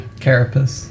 Carapace